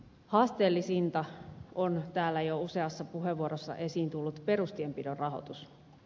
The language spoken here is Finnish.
haasteellisinta on täällä jo useassa puheenvuorossa esiin tullut perustienpidon rahoitus